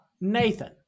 Nathan